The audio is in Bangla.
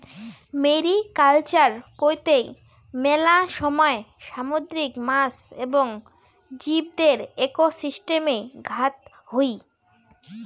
মেরিকালচার কৈত্তে মেলা সময় সামুদ্রিক মাছ এবং জীবদের একোসিস্টেমে ঘাত হই